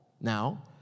now